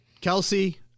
Kelsey